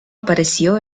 apareció